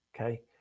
Okay